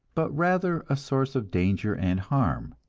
but rather a source of danger and harm.